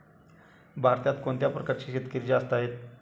भारतात कोणत्या प्रकारचे शेतकरी जास्त आहेत?